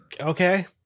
okay